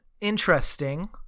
interesting